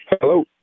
Hello